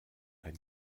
ein